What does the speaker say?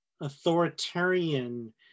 authoritarian